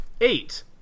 Eight